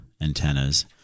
antennas